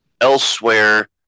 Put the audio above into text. elsewhere